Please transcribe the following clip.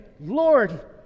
Lord